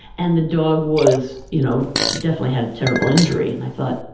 and the dog was, you know definitely had a terrible injury, and i thought,